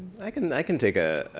i can i can take a